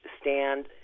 stand